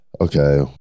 okay